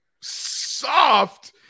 Soft